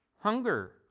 hunger